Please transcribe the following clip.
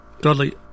Dudley